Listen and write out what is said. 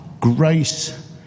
grace